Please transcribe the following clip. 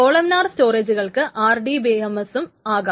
columnar സ്റ്റോറേജുകൾക്ക് RDBMS ഉം ആകാം